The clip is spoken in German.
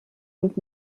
und